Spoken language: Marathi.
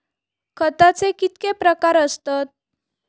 खताचे कितके प्रकार असतत?